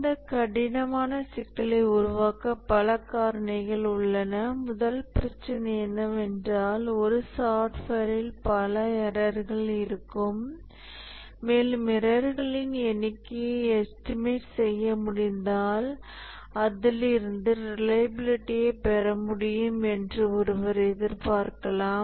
இந்த கடினமான சிக்கலை உருவாக்க பல காரணிகள் உள்ளன முதல் பிரச்சினை என்னவென்றால் ஒரு சாஃப்ட்வேரில் பல எரர்கள் இருக்கும் மேலும் எரர்களின் எண்ணிக்கையை எஸ்டிமேட் செய்ய முடிந்தால் அதிலிருந்து ரிலையபிலிட்டியைப் பெற முடியும் என்று ஒருவர் எதிர்பார்க்கலாம்